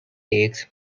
takes